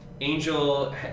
Angel